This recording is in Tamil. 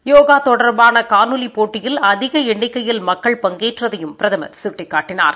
யோகா தொடர்பாக காணொலி போட்டியில் அதிக எண்ணிக்கையில் மக்கள் பங்கேற்றதையும் பிரதம் சுட்டிக்காட்டினார்